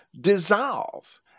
dissolve